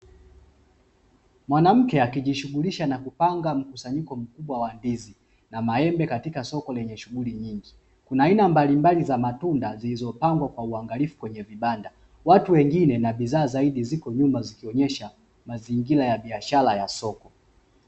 Mwanamke akijishughulisha na kupanga mkusanyiko mkubwa wa ndizi na maembe katika soko lenye shughuli nyingi. Kuna aina mbalimbali za matunda zilizopangwa kwa uangalifu kwenye vibanda. Watu wengine na bidhaa zaidi, zipo nyuma zikionesha mazingira ya biashara ya soko.